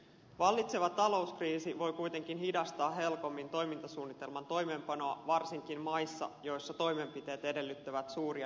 vallitseva talouskriisi voi kuitenkin hidastaa helcomin toimintasuunnitelman toimeenpanoa varsinkin maissa joissa toimenpiteet edellyttävät suuria investointeja